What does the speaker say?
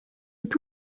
est